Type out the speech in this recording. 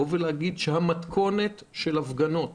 שתגיד שמתכונת של ההפגנות